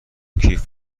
کیف